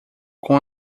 com